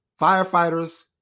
firefighters